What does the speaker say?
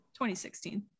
2016